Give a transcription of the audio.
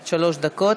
עד שלוש דקות.